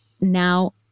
now